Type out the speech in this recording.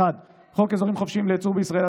1. חוק אזורים חופשיים לייצור בישראל,